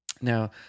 Now